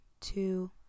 two